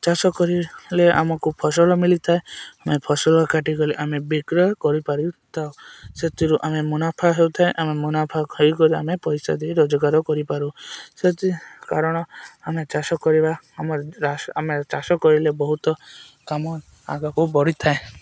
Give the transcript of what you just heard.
ଚାଷ କରିଲେ ଆମକୁ ଫସଲ ମିଲିଥାଏ ଆମେ ଫସଲ କାଟିଗଲେ ଆମେ ବିକ୍ରୟ କରିପାରିଥାଉ ସେଥିରୁ ଆମେ ମୁନାଫା ହେଉଥାଏ ଆମେ ମୁନାଫା ଖାଇକରି ଆମେ ପଇସା ଦେଇ ରୋଜଗାର କରିପାରୁ ସେଥି କାରଣ ଆମେ ଚାଷ କରିବା ଆମ ଆମେ ଚାଷ କରିଲେ ବହୁତ କାମ ଆଗକୁ ବଢ଼ିଥାଏ